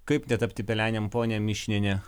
kaip netapti pelenėm ponia mišiniene